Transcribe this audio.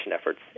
efforts